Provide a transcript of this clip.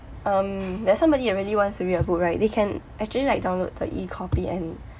um there's somebody that really wants to read a book right they can actually like download the E-copy and